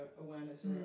awareness